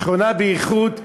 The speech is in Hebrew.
שכונה באיכות,